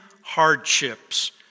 hardships